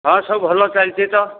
ହଁ ସବୁ ଭଲ ଚାଲିଛି ତ